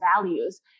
values